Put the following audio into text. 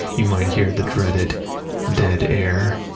you might hear the dreaded dead air.